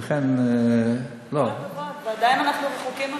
ולכן, ועדיין אנחנו רחוקים מהממוצע.